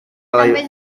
les